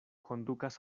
kondukas